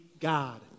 God